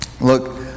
look